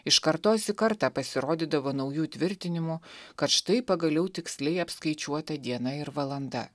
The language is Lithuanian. iš kartos į kartą pasirodydavo naujų tvirtinimų kad štai pagaliau tiksliai apskaičiuota diena ir valanda